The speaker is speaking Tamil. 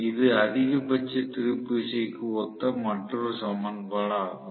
இது அதிகபட்ச திருப்பு விசைக்கு ஒத்த மற்றொரு சமன்பாடு ஆகும்